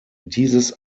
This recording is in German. dieses